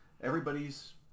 everybody's